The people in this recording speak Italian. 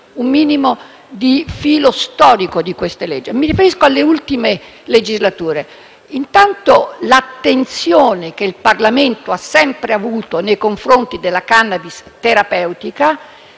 un minimo il "filo storico" di queste leggi. Mi riferisco alle ultime legislature. Intanto, l'attenzione che il Parlamento ha sempre avuto nei confronti della *cannabis* terapeutica